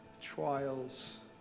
trials